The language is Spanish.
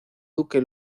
duque